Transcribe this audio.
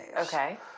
Okay